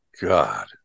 God